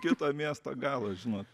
kito miesto galo žinot